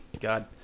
God